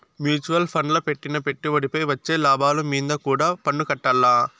mutual ఫండ్ల పెట్టిన పెట్టుబడిపై వచ్చే లాభాలు మీంద కూడా పన్నుకట్టాల్ల